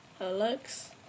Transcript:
Alex